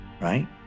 right